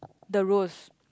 the rose